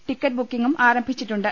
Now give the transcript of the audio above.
ticket ബുക്കിംഗും ആരംഭിച്ചിട്ടുണ്ട്